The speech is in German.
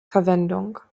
verwendung